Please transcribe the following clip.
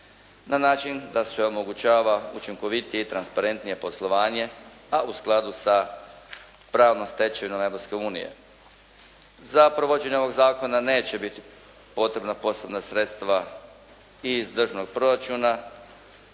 na način da se omogućava učinkovitije i transparentnije poslovanje, a u skladu sa pravnom stečevinom Europske unije. Za provođenje ovog zakona neće biti potrebna posebna sredstva i iz državnog proračuna,